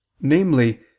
namely